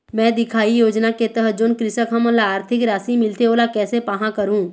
मैं दिखाही योजना के तहत जोन कृषक हमन ला आरथिक राशि मिलथे ओला कैसे पाहां करूं?